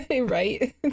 right